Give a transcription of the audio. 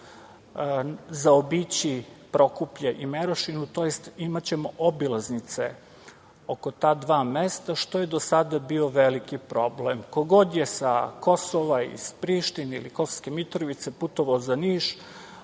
zaobići Prokuplje i Merošinu tj. imaćemo obilaznice oko ta dva mesta, što je do sada bio veliki problem. Ko god je sa Kosova, Prištine ili Kosovske Mitrovice putovao za Niš,